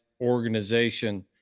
organization